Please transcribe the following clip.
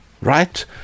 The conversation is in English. right